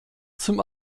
zum